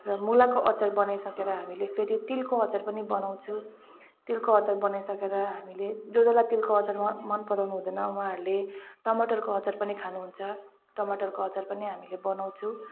र मुलाको अचार बनाइसकेर हामीले फेरि तिलको अचार पनि बनाउँछौँ तिलको अचार बनाइसकेर हामीले जो जसलाई तिलको अचारमा मनपराउनु हुँदैन उहाँहरूले टमाटरको अचार पनि खानुहुन्छ टमाटरको अचार पनि हामीले बनाउँछौँ